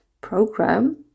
program